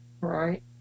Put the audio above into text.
Right